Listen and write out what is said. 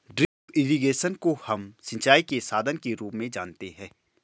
drip irrigation को हम सिंचाई के साधन के रूप में जानते है